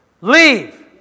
Leave